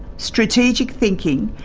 strategic thinking,